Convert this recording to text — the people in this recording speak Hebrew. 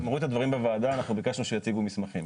אנחנו ביקשנו שיציגו מסמכים.